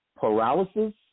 paralysis